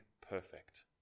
perfect